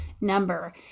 number